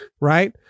right